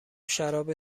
شراب